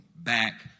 back